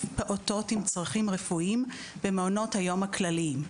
פעוטות עם צרכים רפואיים במעונות היום הכלליים.